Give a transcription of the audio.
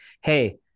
Hey